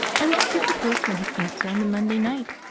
i was to give the postman his answer on the monday night,